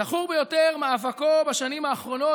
זכור ביותר מאבקו בשנים האחרונות